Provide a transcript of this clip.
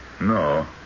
No